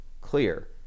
clear